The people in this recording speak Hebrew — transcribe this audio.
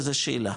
זה שאלה,